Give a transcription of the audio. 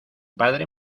padre